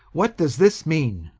what does this mean?